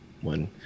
one